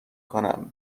کنم